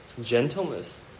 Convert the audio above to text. gentleness